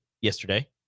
yesterday